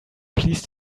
please